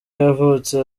yavutse